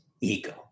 ego